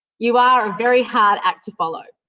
you are a very hard act to follow.